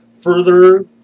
further